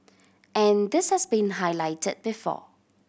and this has been highlighted before